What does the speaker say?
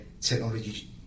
technology